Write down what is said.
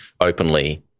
openly